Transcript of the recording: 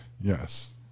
Yes